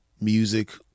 music